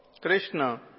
Krishna